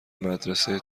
مدرسه